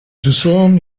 discern